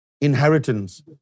inheritance